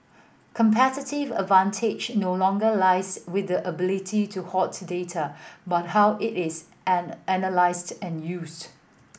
competitive advantage no longer lies with the ability to hoard data but how it is analysed and used